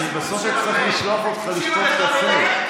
אני בסוף אצטרך לשלוח אותך לשתות קפה.